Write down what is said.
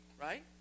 right